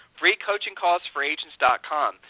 freecoachingcallsforagents.com